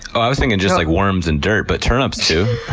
ah i was thinking just like worms and dirt, but turnips too.